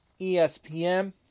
ESPN